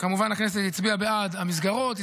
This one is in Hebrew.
שכמובן הכנסת הצביעה בעד המסגרות.